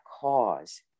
cause